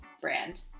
brand